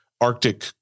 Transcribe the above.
Arctic